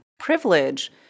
privilege